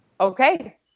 okay